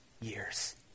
years